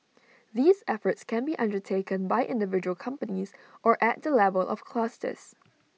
these efforts can be undertaken by individual companies or at the level of clusters